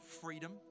freedom